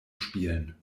spielen